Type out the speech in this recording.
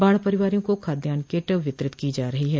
बाढ़ परिवारों को खाद्यान्न किट वितरित की जा रही है